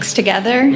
together